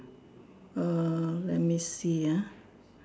err let me see ah